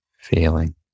feeling